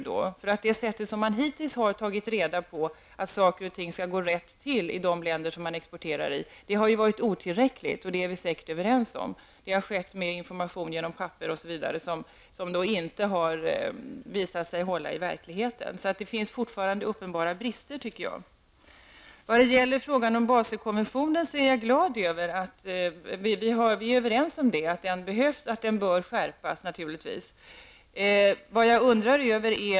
Det förfarande som man hittills har använt sig av för att ta reda på att saker skall gå rätt till i de länder vi exporterar till har varit otillräckligt, vilket vi säkert är överens om. Det har skett genom information på papper osv. som sedan har visat sig inte hålla i verkligheten. Det finns fortfarande uppenbara brister, tycker jag. När det gäller Baselkonventionen är jag glad över att vi är överens om att den behövs och naturligtvis behöver skärpas.